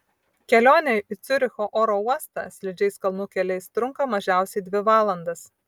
kelionė į ciuricho oro uostą slidžiais kalnų keliais trunka mažiausiai dvi valandas